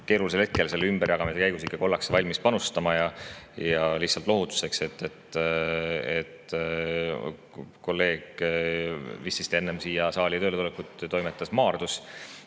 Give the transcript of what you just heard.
keerulisel hetkel selle ümberjagamise käigus ikkagi ollakse valmis panustama. Ja lihtsalt lohutuseks – kolleeg vististi enne siia saali tööle tulekut toimetas Maardus